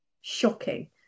shocking